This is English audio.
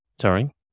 sorry